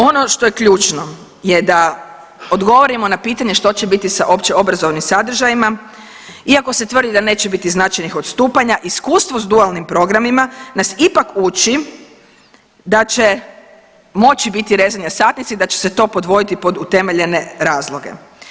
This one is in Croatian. Ono što je ključno je da odgovorimo na pitanje što će biti sa općeobrazovnim sadržajima, iako se tvrdi da neće biti značajnih odstupanja, iskustva s dualnim programima nas ipak uči da će moći biti rezanja satnice i da će se to podvoditi pod utemeljene razloge.